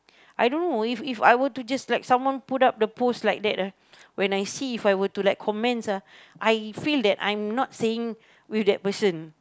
I don't know if If I were to just like someone put up the post like that ah when I see If I were to like comments ah I feel that I am not saying with that person